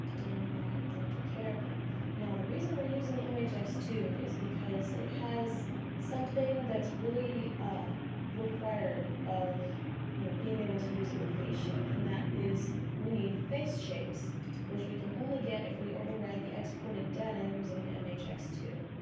and my example character now, the reason we're using m h x two is because it has something that's really um required of you know being able to use it with faceshift and that is we need face shapes which we can only get if we override the exported data using an m h x two.